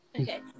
Okay